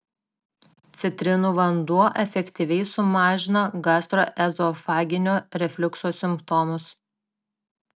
citrinų vanduo efektyviai sumažina gastroezofaginio refliukso simptomus